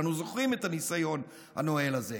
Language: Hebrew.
כולנו זוכרים את הניסיון הנואל הזה,